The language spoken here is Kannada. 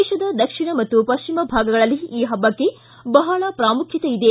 ದೇಶದ ದಕ್ಷಿಣ ಮತ್ತು ಪಶ್ಚಿಮ ಭಾಗಗಳಲ್ಲಿ ಈ ಹಬ್ಬಕ್ಕೆ ಬಹಳ ಪ್ರಾಮುಖ್ಯತೆ ಇದೆ